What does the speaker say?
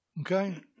Okay